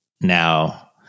Now